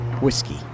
Whiskey